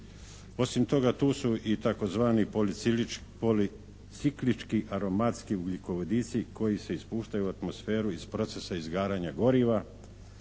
Osim toga tu su i tzv. policiklički aromatski ugljikovodici koji se ispuštaju u atmosferu iz procesa izgaranja goriva